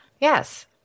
Yes